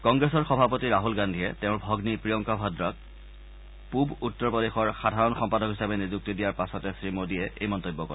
কংগ্ৰেছৰ সভাপতি ৰাহুল গান্ধীয়ে তেওঁৰ ভগ্নী প্ৰিয়ংকা ভাদ্ৰাক পূব উত্তৰ প্ৰদেশৰ সাধাৰণ সম্পাদক হিচাপে নিযুক্তি দিয়াৰ পাছতে শ্ৰী মোদীয়ে এই মন্তব্য কৰে